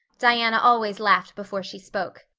diana always laughed before she spoke.